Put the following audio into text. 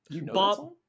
Bob